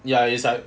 ya is like